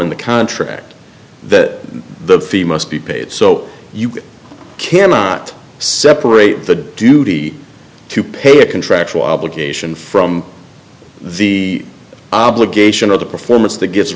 in the contract that the fee most be paid so you cannot separate the duty to pay a contractual obligation from the obligation of the performance that gives